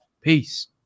peace